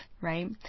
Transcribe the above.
right